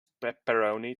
pepperoni